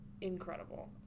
incredible